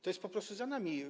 To jest po prostu za nami.